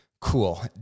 Cool